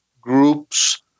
groups